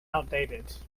outdated